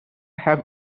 have